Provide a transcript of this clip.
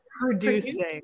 producing